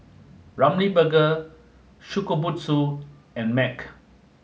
Ramly Burger Shokubutsu and MAG